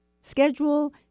schedule